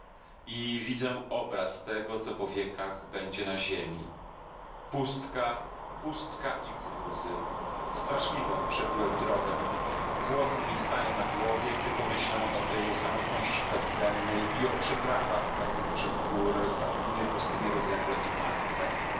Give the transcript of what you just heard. i widzę obraz tego co po wiekach będzie na ziemi pustka pustka i gruzy straszliwą przebyłem drogę włosy mi stają na głowie gdy pomyślę o tej samotności bezdennej i o przeprawach owych przez góry rozpadliny pustynie rozległe i martwe